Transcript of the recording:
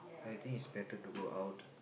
I think it's better to go out